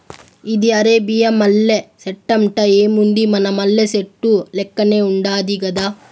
ఇది అరేబియా మల్లె సెట్టంట, ఏముంది మన మల్లె సెట్టు లెక్కనే ఉండాది గదా